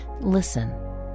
listen